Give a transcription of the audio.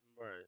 Right